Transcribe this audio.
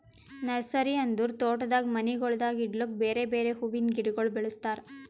nursery ಅಂದುರ್ ತೋಟದಾಗ್ ಮನಿಗೊಳ್ದಾಗ್ ಇಡ್ಲುಕ್ ಬೇರೆ ಬೇರೆ ಹುವಿಂದ್ ಗಿಡಗೊಳ್ ಬೆಳುಸ್ತಾರ್